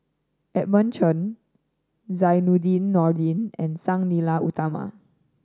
Edmund Chen Zainudin Nordin and Sang Nila Utama